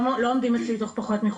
לא עומדים אצלי יותר מחודשיים.